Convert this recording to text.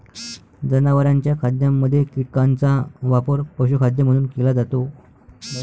जनावरांच्या खाद्यामध्ये कीटकांचा वापर पशुखाद्य म्हणून केला जातो